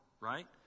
right